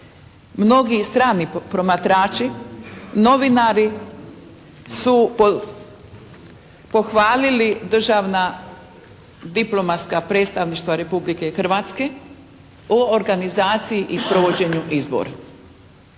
mnogi strani promatrači, novinari su pohvalili državna diplomatska predstavništva Republike Hrvatske o organizaciji i sprovođenju izbora.